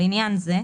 לעניין זה,